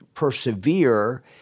persevere